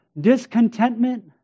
discontentment